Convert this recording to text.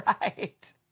Right